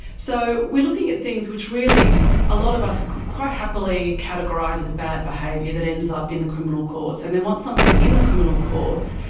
so we are looking at things which really a lot of us could quite happily categorise as bad behaviour that ends up in the criminal courts. and then once someone is in the criminal courts,